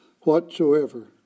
whatsoever